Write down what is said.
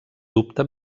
dubte